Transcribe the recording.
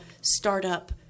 startup